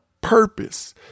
purpose